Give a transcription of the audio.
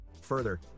Further